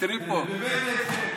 ובאיזה הקשר.